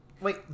Wait